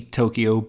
tokyo